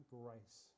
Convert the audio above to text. grace